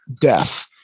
death